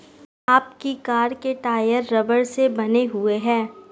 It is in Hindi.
आपकी कार के टायर रबड़ से बने हुए हैं